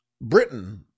Britain